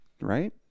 Right